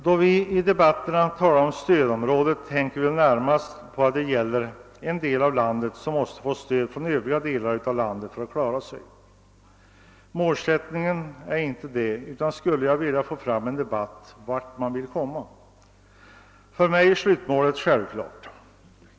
Då vi i debatten har talat om stödområdet tänker vi väl närmast på att det gäller en del av landet som måste få stöd av övriga delar för att klara sig. Målsättningen är inte denna, men jag skulle vilja få en debatt om vart man vill komma. För mig är slutmålet självklart.